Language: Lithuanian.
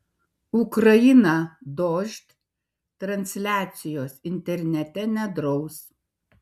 ukraina dožd transliacijos internete nedraus